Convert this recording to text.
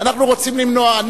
אנחנו רוצים למנוע.